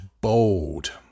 bold